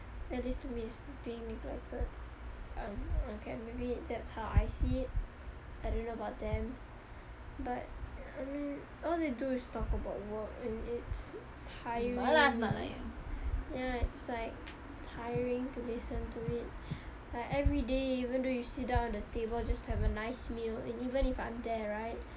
at least to me it's being neglected um okay maybe that's how I see it I don't know about them but I mean all they do is talk about work and it's tiring ya it's like tiring to listen to it like everyday even though you sit down at the table just to have a nice meal and even if I'm there right